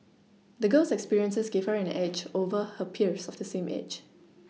the girl's experiences gave her an edge over her peers of the same age